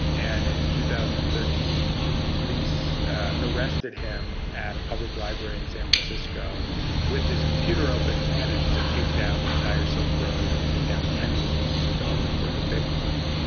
and in two thousand and thirteen police arrested him at a public library in san francisco with his computer open, and managed to take down the entire silk road and take down tens of millions of dollars worth of bitcoin.